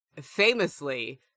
famously